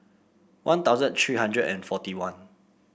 One Thousand three hundred and forty one